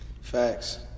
Facts